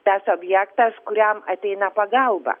tas objektas kuriam ateina pagalba